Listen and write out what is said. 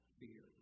fear